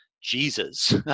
Jesus